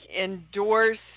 endorse